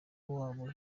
wabo